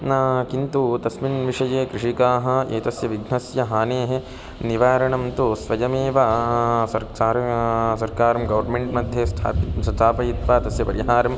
न किन्तु तस्मिन् विषये कृषिकाः एतस्य विघ्नस्य हानेः निवारणं तु स्वयमेव सर्क् सार् सर्वकारं गवर्मेण्ट्मध्ये स्थापयित्वा स्थापयित्वा तस्य परिहारम्